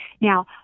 Now